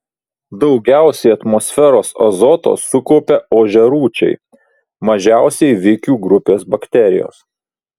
daugiausiai atmosferos azoto sukaupia ožiarūčiai mažiausiai vikių grupės bakterijos